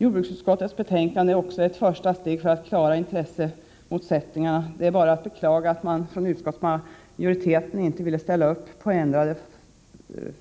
Jordbruksutskottets betänkande innebär ett första steg i strävandena att klara upp intressemotsättningarna. Det är bara att beklaga att utskottsmajoriteten inte ville ställa sig bakom förslagen till förändringar beträffande